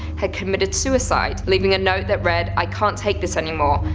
had committed suicide, leaving a note that read i can't take this anymore,